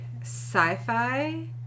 sci-fi